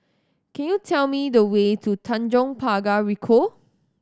can you tell me the way to Tanjong Pagar Ricoh